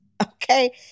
Okay